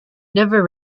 never